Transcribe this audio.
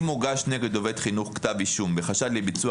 אם הוגש נגד עובד חינוך כתב אישום בחשד לביצוע